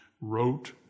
wrote